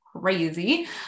crazy